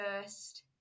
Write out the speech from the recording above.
first